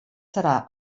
serà